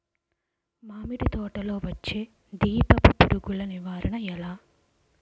మామిడి తోటలో వచ్చే దీపపు పురుగుల నివారణ ఎలా?